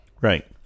Right